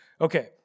Okay